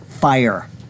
fire